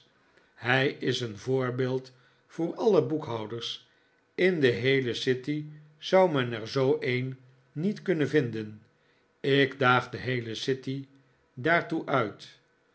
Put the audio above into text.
hij is een voorbeeld voor alle boekhouders in de heele city zou men er zoo een niet kunnen vinden ik daag de heele city daartoe uit